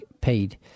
paid